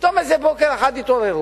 פתאום איזה בוקר אחד התעוררו,